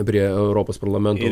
prie europos parlamento